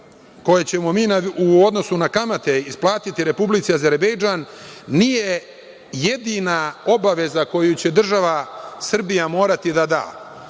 koje ćemo mi u odnosu na kamate isplatiti Republici Azerbejdžan, nije jedina obaveza koju će država Srbija morati da da. Ja